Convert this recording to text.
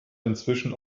inzwischen